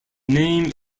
name